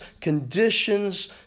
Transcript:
conditions